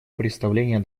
представление